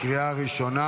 לקריאה ראשונה.